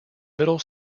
middle